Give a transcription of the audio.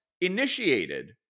initiated